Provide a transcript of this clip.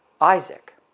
Isaac